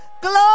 Glory